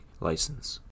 License